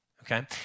okay